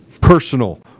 personal